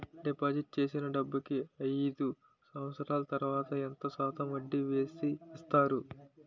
Deposit చేసిన డబ్బుకి అయిదు సంవత్సరాల తర్వాత ఎంత శాతం వడ్డీ వేసి ఇస్తారు?